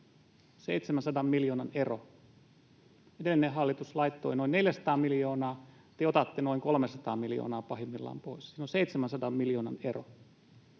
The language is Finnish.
700 miljoonan ero. Edellinen hallitus laittoi noin 400 miljoonaa, ja te otatte noin 300 miljoonaa pahimmillaan pois. Siinä on 700 miljoonan ero